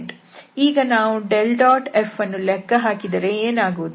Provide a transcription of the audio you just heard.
ಈಗ ನಾವು ∇⋅Fಅನ್ನು ಲೆಕ್ಕ ಹಾಕಿದರೆ ಏನಾಗುವುದು